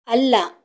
ಅಲ್ಲ